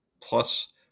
plus